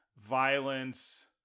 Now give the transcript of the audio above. violence